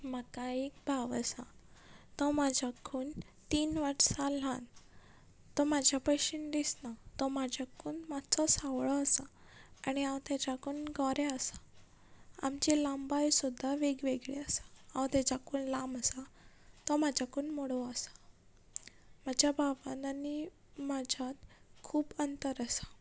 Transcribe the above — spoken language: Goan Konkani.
म्हाका एक भाव आसा तो म्हाज्याकून तीन वर्सां ल्हान तो म्हाज्या बशेन दिसना तो म्हाज्याकून मात्सो सावळो आसा आनी हांव तेज्याकून गोरें आसा आमची लांबाय सुद्दां वेगवेगळी आसा हांव तेज्याकून लांब आसा तो म्हाज्याकून मोडवो आसा म्हाज्या बाबान आनी म्हाज्यान खूब अंतर आसा